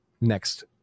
Next